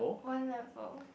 one level